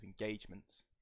engagements